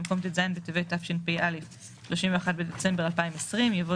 במקום ט"ז בטבת התשפ"א (31 בדצמבר 2020) יבוא